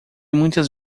muitas